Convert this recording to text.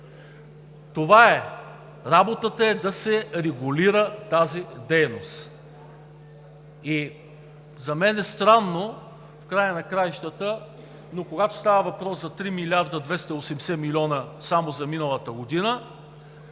Това е! Работата е да се регулира тази дейност. И за мен е странно в края на краищата, но когато става въпрос за 3 милиарда и 280 милиона само за миналата година,